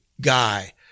guy